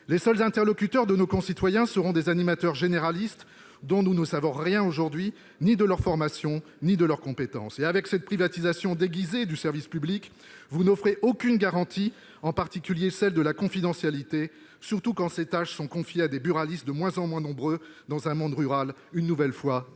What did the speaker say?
Les seuls interlocuteurs de nos concitoyens seront des animateurs généralistes dont ne nous savons rien aujourd'hui de leur formation ou de leurs compétences. Avec cette privatisation déguisée du service public, vous n'offrez aucune garantie, et notamment celle de la confidentialité, surtout quand ces tâches sont confiées à des buralistes, de moins en moins nombreux dans un monde rural une nouvelle fois